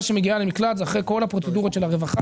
שמגיעה למקלט זה אחרי כל הפרוצדורות של הרווחה,